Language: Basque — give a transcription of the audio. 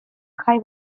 jai